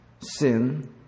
sin